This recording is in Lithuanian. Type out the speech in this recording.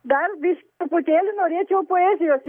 dar vis todėl ir norėčiau poezijos